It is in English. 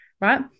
Right